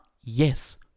yes